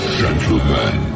gentlemen